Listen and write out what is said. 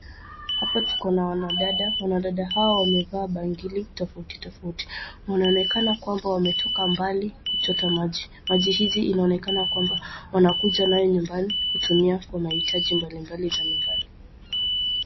Hapa tukona wanadada. Wanadada hawa wamevaa bangili tofauti tofauti. Wanaonekana kwamba wametoka mbali kuchota maji. Maji hizi inaonekana kwamba wanakuja nayo nyumbani kutumia kwa maitaji mbalimbali za nyumbani.